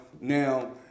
now